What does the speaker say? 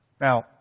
Now